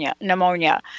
pneumonia